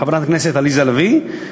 חברת הכנסת עליזה לביא,